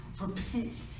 repent